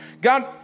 God